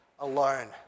Alone